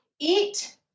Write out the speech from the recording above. eat